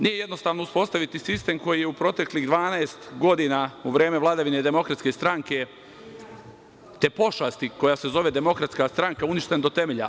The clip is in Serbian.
Nije jednostavno uspostaviti sistem koji je u proteklih 12 godina, u vreme vladavine Demokratske stranke, te pošasti koja se zove Demokratska stranka, uništen do temelja.